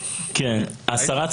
מעולה.